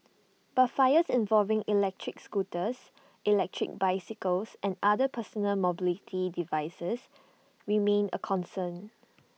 but fires involving electric scooters electric bicycles and other personal mobility devices remain A concern